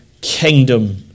kingdom